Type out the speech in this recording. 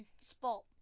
spot